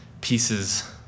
pieces